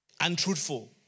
untruthful